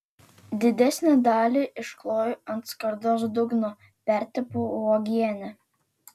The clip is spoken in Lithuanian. didesnę dalį iškloju ant skardos dugno pertepu uogiene